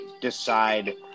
decide